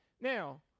Now